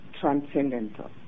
transcendental